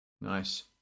Nice